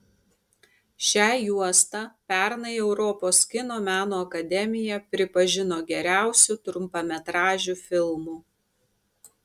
šią juostą pernai europos kino meno akademija pripažino geriausiu trumpametražiu filmu